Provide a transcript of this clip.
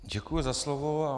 Děkuju za slovo.